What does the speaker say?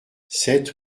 sept